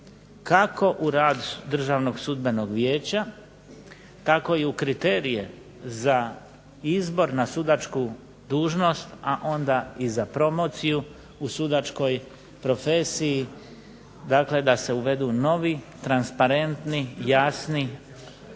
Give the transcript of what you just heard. kako u rad Državnog sudbenog vijeća, tako i u kriterije za izbor na sudačku dužnost, a onda i za promociju u sudačkoj profesiji, dakle da se uvedu novi, transparentni, jasni